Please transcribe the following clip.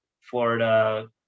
Florida